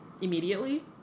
Immediately